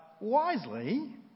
wisely